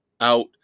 out